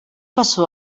cassó